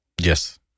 Yes